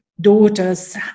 daughters